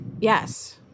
Yes